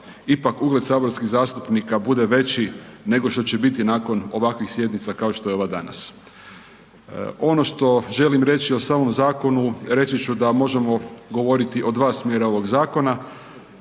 ipak ugled saborskih zastupnika bude veći nego što će biti nakon ovakvih sjednica kao što je ova danas. Ono što želim reći o samom zakonu, reći ću da možemo govoriti o 2 smjera ovog zakona,